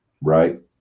Right